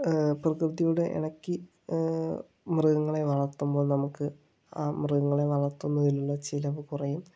പ്രകൃതിയോട് ഇണക്കി മൃഗങ്ങളെ വളർത്തുമ്പോൾ നമുക്ക് ആ മൃഗങ്ങളെ വളർത്തുന്നതിനുള്ള ചിലവ് കുറയും